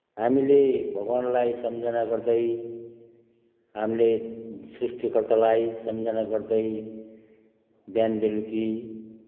हामीले भगवान्लाई सम्झना गर्दै हामीले सृष्टिकर्तालाई सम्झना गर्दै बिहान बेलुकी